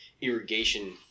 irrigation